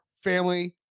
family